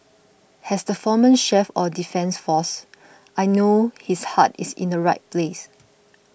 has the former chief or defence force I know his heart is in the right place